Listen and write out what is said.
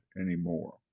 anymore